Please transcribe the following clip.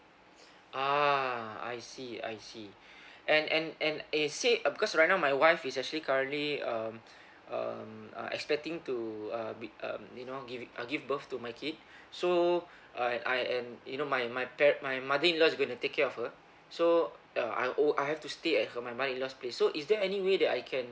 ah I see I see and and and eh say uh because right now my wife is actually currently um um uh expecting to uh be um you know giving uh give birth to my kid so I I and you know my my par~ my mother in law is going to take care of her so uh I'll oh I have to stay at her my mother in law's place so is there any way that I can